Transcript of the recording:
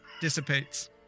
dissipates